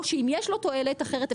ואם יש לו תועלת אחרת,